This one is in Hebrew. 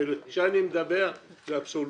וכשאני מדבר זה אבסולוטי,